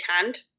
hand